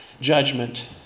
judgment